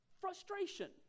frustration